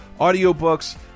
audiobooks